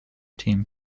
team